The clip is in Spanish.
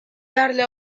darle